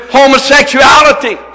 homosexuality